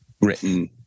written